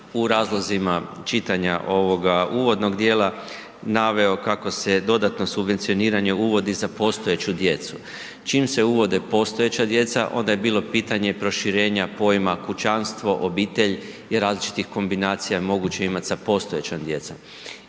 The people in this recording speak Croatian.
u razlozima čitanja ovoga uvodnog dijela naveo kako se dodatno subvencioniranje uvodi za postojeću djecu. Čim se uvode postojeća djeca, onda je bilo pitanje proširenja pojma kućanstvo, obitelj i različitih kombinacija je moguće imat sa postojećom djecom